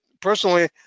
personally